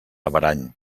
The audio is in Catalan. averany